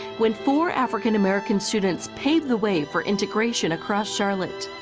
when four african-american students paved the way for integration across charlotte.